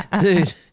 Dude